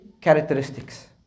characteristics